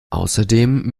außerdem